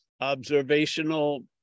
observational